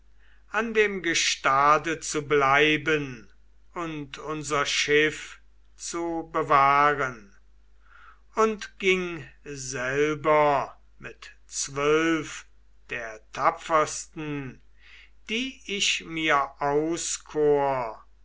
an dem gestade zu bleiben und unser schiff zu bewahren und ging selber mit zwölf der tapfersten die ich mir auskor